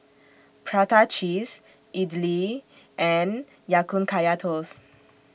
Prata Cheese Idly and Ya Kun Kaya Toast